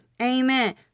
Amen